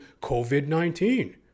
COVID-19